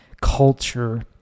culture